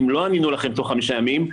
אם לא ענינו לכם תוך חמישה ימים,